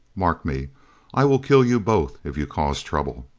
mark me i will kill you both if you cause trouble!